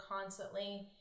constantly